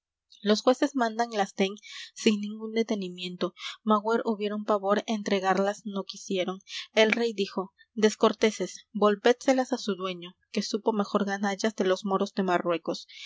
los jueces mandan las dén sin ningún detenimiento magüer hubieron pavor entregarlas no quisieron el rey dijo descorteses volvédselas á su dueño que supo mejor ganallas de los moros de marruecos